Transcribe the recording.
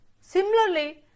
Similarly